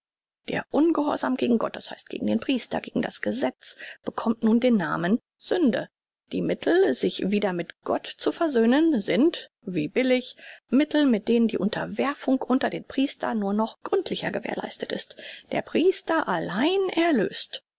der ungehorsam gegen gott das heißt gegen den priester gegen das gesetz bekommt nun den namen sünde die mittel sich wieder mit gott zu versöhnen sind wie billig mittel mit denen die unterwerfung unter den priester nur noch gründlicher gewährleistet ist der priester allein erlöst